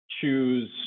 choose